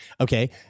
Okay